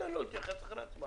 ניתן לו להתייחס אחרי ההצבעה.